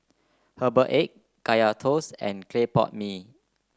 Herbal Egg Kaya Toast and Clay Pot Mee